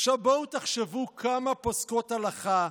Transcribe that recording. עכשיו בואו תחשבו כמה פוסקות הלכה,